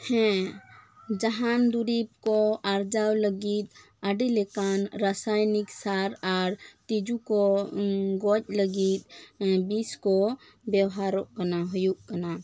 ᱦᱮᱸ ᱡᱟᱦᱟᱱ ᱫᱩᱨᱤᱵᱽ ᱠᱚ ᱟᱨᱡᱟᱣ ᱞᱟᱹᱜᱤᱫ ᱟᱹᱰᱤ ᱞᱮᱠᱟᱱ ᱨᱟᱥᱟᱭᱱᱤᱠ ᱥᱟᱨ ᱟᱨ ᱛᱤᱡᱩ ᱠᱚ ᱜᱚᱡ ᱞᱟᱹᱜᱤᱫ ᱵᱤᱥ ᱠᱚ ᱵᱮᱵᱷᱟᱨᱚᱜ ᱠᱟᱱᱟ ᱦᱩᱭᱩᱜ ᱠᱟᱱᱟ